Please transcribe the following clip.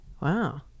Wow